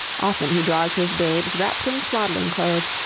often he draws his babes wrapped in swaddling clothes,